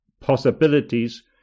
possibilities